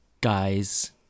guys